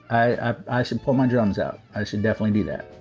i i should pull my drums out. i should definitely do that